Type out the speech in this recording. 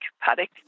paddock